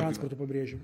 transportu pabrėžiu